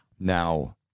Now